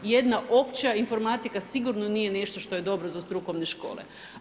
I jedna opća informatika sigurno nije nešto što je dobro za strukovne škole.